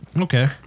Okay